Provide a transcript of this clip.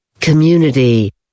community